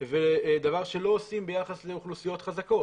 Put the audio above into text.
ודבר שלא עושים ביחס לאוכלוסיות חזקות.